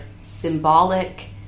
symbolic